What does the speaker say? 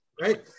right